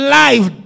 life